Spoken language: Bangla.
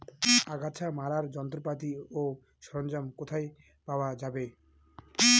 আগাছা মারার যন্ত্রপাতি ও সরঞ্জাম কোথায় পাওয়া যাবে?